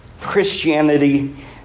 Christianity